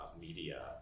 media